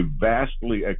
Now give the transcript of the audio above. vastly